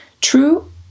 true